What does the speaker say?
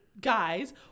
guys